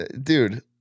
Dude